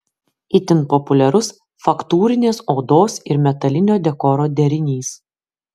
itin populiarus faktūrinės odos ir metalinio dekoro derinys